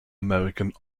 american